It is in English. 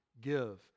give